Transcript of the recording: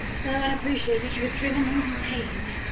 so unappreciated she was driven insane.